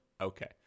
okay